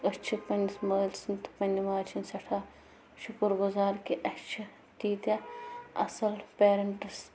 أسۍ چھِ پَنٛنِس مٲلۍ سِنٛد تہٕ پنٕنۍ ماجہِ ہِنٛد سٮ۪ٹھاہ شُکُر گُزار کہِ اَسہِ چھِ تیٖتاہ اَصٕل پٮ۪رنٹٕس